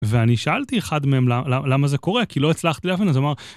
ואני שאלתי אחד מהם למה זה קורה, כי לא הצלחתי להבין, אז הוא אמר...